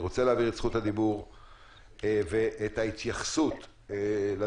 אני רוצה להעביר את זכות הדיבור ואת ההתייחסות לדברים